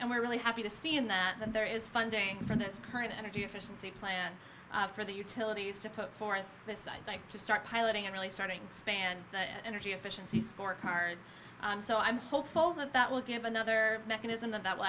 and we're really happy to see in that that there is funding for this current energy efficiency plan for the utilities to put forth this i'd like to start piloting in really starting span the energy efficiency scorecard so i'm hopeful that that will give another mechanism that that will